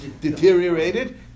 deteriorated